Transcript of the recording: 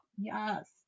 yes